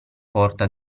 porta